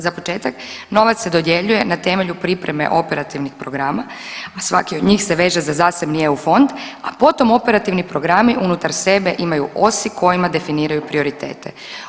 Za početak, novac se dodjeljuje na temelju pripreme operativnih programa, a svaki od njih se veže za zasebni EU fond, a potom operativni programi unutar sebe imaju osi kojima definiraju prioritete.